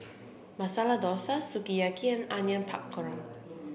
Masala Dosa Sukiyaki and Onion Pakora